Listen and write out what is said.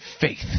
faith